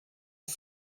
was